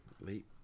late